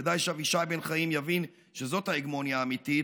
כדאי שאבישי בן חיים יבין שזאת ההגמוניה האמיתית,